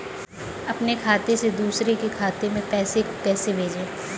अपने खाते से दूसरे के खाते में पैसे को कैसे भेजे?